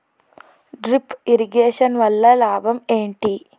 Drip irrigation వల్ల లాభం ఏంటి?